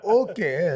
okay